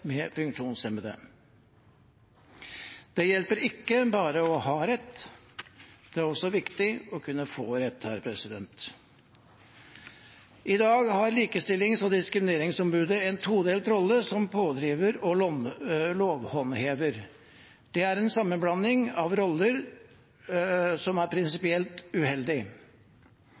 med funksjonsnedsettelse. Det hjelper ikke bare å ha rett; det er også viktig å kunne få rett. I dag har Likestillings- og diskrimineringsombudet en todelt rolle, som pådriver og som lovhåndhever. Det er en sammenblanding av roller som er prinsipielt uheldig.